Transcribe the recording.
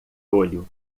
olho